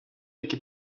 які